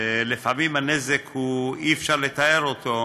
ולפעמים אי-אפשר לתאר את הנזק